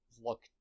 look